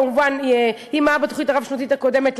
אם היה בתוכנית הרב-שנתית הקודמת,